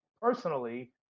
personally